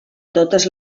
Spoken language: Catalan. totes